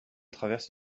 traverse